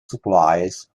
supplies